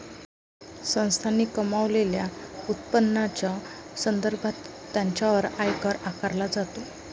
संस्थांनी कमावलेल्या उत्पन्नाच्या संदर्भात त्यांच्यावर आयकर आकारला जातो